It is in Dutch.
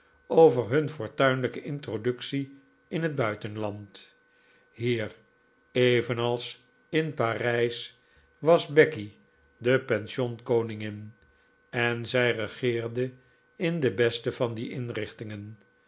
over hun fortuinlijke introductie in het buitenland hier evenals in parijs was becky de pension koningin en zij regeerde in de beste van die inrichtingen